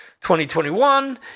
2021